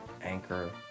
Anchor